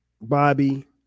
Bobby